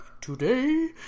Today